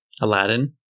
Aladdin